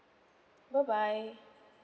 bye bye